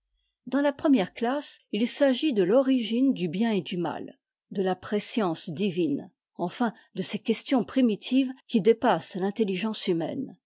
dans la première classe il s'agit de l'origine du bien'et du mal de la prescience divine enfin de ces questions primitives qui dépassent l'intelligence humaine